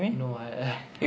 no I I